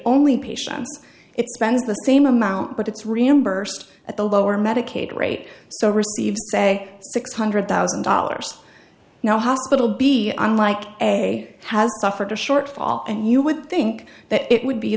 only patients it spends the same amount but it's reimbursed at the lower medicaid rate so receives say six hundred thousand dollars now hospital b unlike a has suffered a shortfall and you would think that it would be